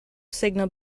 signal